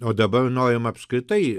o dabar norima apskritai